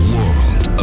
World